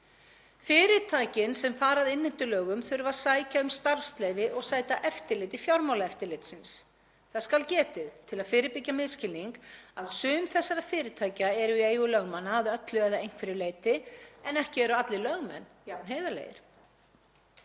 Fyrirtækin sem fara að innheimtulögum þurfa að sækja um starfsleyfi og sæta eftirliti fjármálaeftirlitsins. Þess skal getið til að fyrirbyggja misskilning að sum þessara fyrirtækja eru í eigu lögmanna að öllu eða einhverju leyti en ekki eru allir lögmenn jafn heiðarlegir.